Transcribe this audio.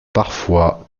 parfois